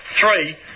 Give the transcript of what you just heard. three